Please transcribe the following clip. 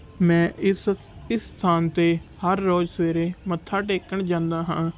ਮੈਂ ਇਸ ਇਸ ਸਥਾਨ 'ਤੇ ਹਰ ਰੋਜ਼ ਸਵੇਰੇ ਮੱਥਾ ਟੇਕਣ ਜਾਂਦਾ ਹਾਂ